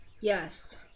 Yes